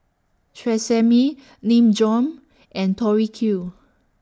Tresemme Nin Jiom and Tori Q